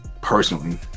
personally